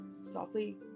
softly